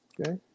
Okay